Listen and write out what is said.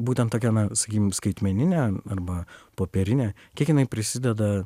būtent tokia na sakykim skaitmeninė arba popierinė kiek jinai prisideda